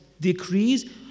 decrees